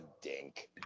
dink